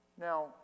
Now